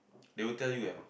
they will tell you leh